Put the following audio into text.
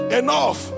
enough